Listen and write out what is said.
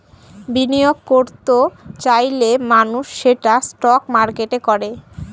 বিনিয়োগ করত চাইলে মানুষ সেটা স্টক মার্কেটে করে